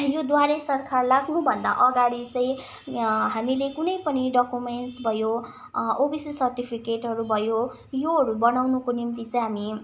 यो द्वारे सरकार लाग्नुभन्दा अगाडि चाहिँ हामीले कुनै पनि डकुमेन्टस भयो ओबिसी सर्टिफिकेटहरू भयो योहरू बनाउनुको निम्ति चाहिँ हामी